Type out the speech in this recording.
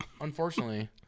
Unfortunately